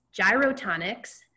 gyrotonics